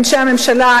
אנשי הממשלה,